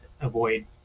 avoid